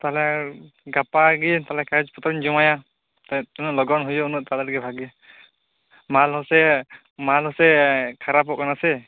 ᱛᱟᱦᱚᱞᱮ ᱜᱟᱯᱟᱜᱮ ᱛᱟᱦᱚᱞᱮ ᱠᱟᱜᱚᱡ ᱯᱚᱛᱨᱚᱧ ᱡᱚᱢᱟᱭᱟ ᱛᱤᱱᱟ ᱜ ᱞᱚᱜᱚᱱ ᱦᱩᱭᱩᱜ ᱟ ᱩᱱᱟ ᱜ ᱛᱟᱵᱚᱞᱮ ᱜᱮ ᱵᱷᱟᱜᱤ ᱢᱟᱞ ᱦᱚᱸᱥᱮ ᱢᱟᱞ ᱦᱚᱸᱥᱮ ᱠᱷᱟᱨᱟᱯᱚᱜ ᱠᱟᱱᱟ ᱥᱮ